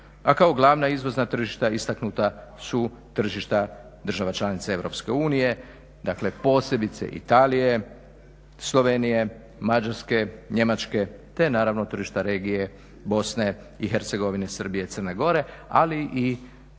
a kao glavna izvozna tržišta istaknuta su tržišta država članica Europske unije, dakle posebice Italije, Slovenije, Mađarske, Njemačke te naravno tržišta regije BiH, Srbije, Crne Gore, ali i